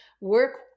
work